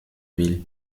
ville